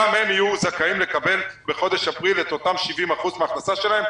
גם הם יהיו זכאים לקבל בחודש אפריל את אותם 70% מהכנסה שלהם.